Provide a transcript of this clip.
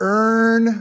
earn